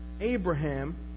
Abraham